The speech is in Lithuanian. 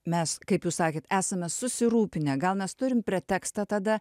mes kaip jūs sakėt esame susirūpinę gal mes turim pretekstą tada